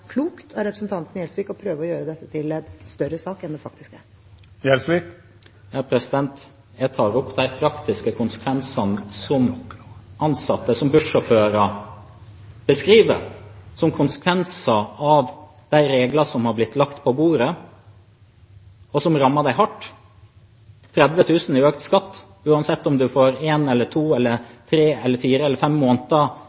klokt av representanten Gjelsvik å prøve å gjøre dette til en større sak enn det faktisk er. Jeg tar opp de praktiske konsekvensene som ansatte, som bussjåfører, beskriver som konsekvenser av de reglene som har blitt lagt på bordet, og som rammer dem hardt: 30 000 kr i økt skatt. Uansett om en får én eller to